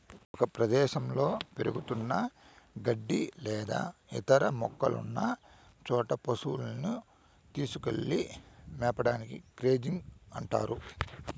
ఒక ప్రదేశంలో పెరుగుతున్న గడ్డి లేదా ఇతర మొక్కలున్న చోట పసువులను తీసుకెళ్ళి మేపడాన్ని గ్రేజింగ్ అంటారు